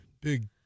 big